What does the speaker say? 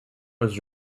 was